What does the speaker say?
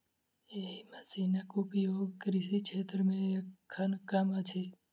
एहि मशीनक उपयोग कृषि क्षेत्र मे एखन कम अछि